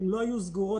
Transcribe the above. הן לא היו סגורות,